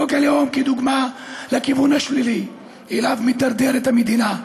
חוק הלאום כדוגמה לכיוון השלילי שאליו מידרדרת המדינה.